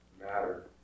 matter